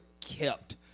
kept